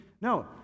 No